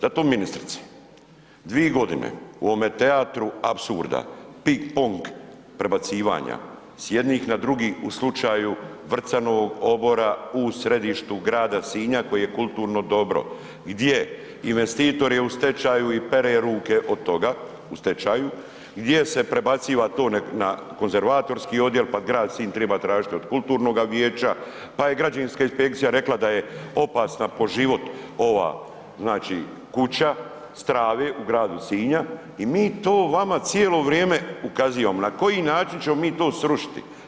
Zato ministrice, dvi godine u ovome teatru apsurda ping pong prebacivanja s jednih na drugih u slučaju Vrcanovog obora u središtu grada Sinja koji je kulturno dobro, gdje investitor je u stečju i pere ruke od toga, u stečaju, gdje se prebaciva to na konzervatorski odjel, pa grad Sinj triba tražiti od kulturnoga vijeća, pa je građevinska inspekcija rekla da je opasna po život ova, znači kuća strave u gradu Sinja i mi to vama cijelo vrijeme ukazivamo na koji način ćemo mi to srušiti.